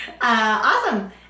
Awesome